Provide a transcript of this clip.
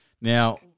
Now